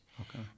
Okay